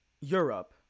Europe